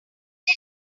did